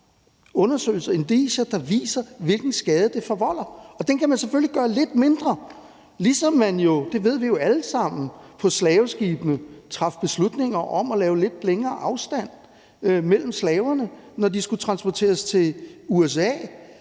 undersøgelser og indicier, der viser, hvilken skade det forvolder, og den skade kan man selvfølgelig gøre lidt mindre, ligesom man jo – det ved vi alle sammen – på slaveskibene traf en beslutning om at lave lidt længere afstand mellem slaverne, når de skulle transporteres til